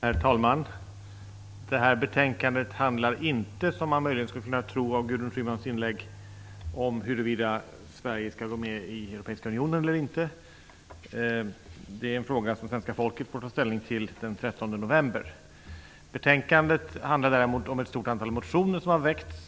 Herr talman! Det här betänkandet handlar inte, som man möjligen skulle kunna tro av Gudrun Schymans inlägg, om huruvida Sverige skall gå med i Europeiska unionen eller inte. Det är en fråga som svenska folket får ta ställning till den 13 november. Betänkandet handlar däremot om ett stort antal motioner som har väckts.